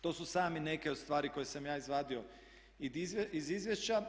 To su samo neke od stvari koje sam ja izvadio iz izvješća.